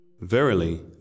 Verily